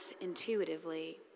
intuitively